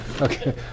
Okay